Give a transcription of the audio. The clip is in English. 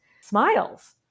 smiles